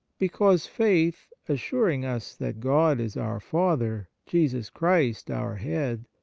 because, faith assuring us that god is our father, jesus christ our head,